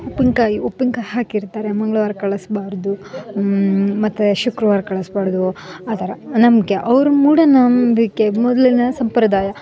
ಉಪ್ಪಿನಕಾಯಿ ಉಪ್ಪಿನ್ಕಾಯಿ ಹಾಕಿರ್ತಾರೆ ಮಂಗಳವಾರ ಕಳಿಸ್ಬಾರ್ದು ಮತ್ತು ಶುಕ್ರವಾರ ಕಳಿಸ್ಬಾರ್ದು ಆ ಥರ ನಂಬಿಕೆ ಅವ್ರ ಮೂಢನಂಬಿಕೆ ಮೊದಲಿನ ಸಂಪ್ರದಾಯ